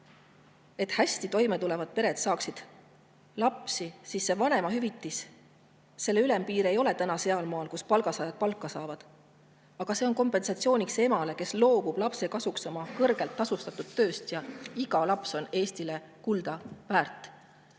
et hästi toime tulevad pered [tahaksid] saada lapsi, aga vanemahüvitise ülempiir ei ole täna sealmaal, mis palga saajad palka saavad. [Vanemahüvitis] on kompensatsiooniks emale, kes loobub lapse kasuks oma kõrgelt tasustatud tööst. Iga laps on Eestile kuldaväärt.